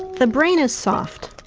the brain is soft,